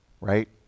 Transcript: right